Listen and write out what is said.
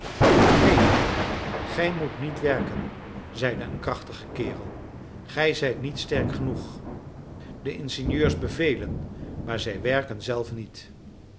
neen gij moet niet werken zeide een krachtige kerel gij zijt niet sterk genoeg de ingenieurs bevelen maar werken zelf niet